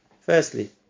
Firstly